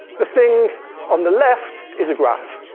the thing on the left is a graph.